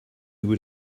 would